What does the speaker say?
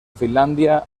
finlandia